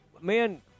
man